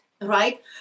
right